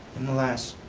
in the last,